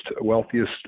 wealthiest